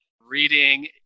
reading